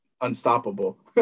unstoppable